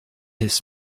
his